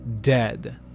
dead